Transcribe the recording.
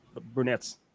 brunettes